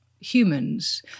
humans